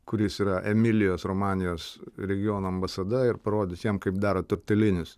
kuris yra emilijos romanijos regiono ambasada ir parodyti jam kaip daro tortelinius